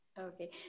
okay